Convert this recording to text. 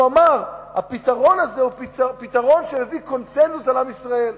הוא אמר שהפתרון הזה הוא פתרון שיביא קונסנזוס בעם ישראל.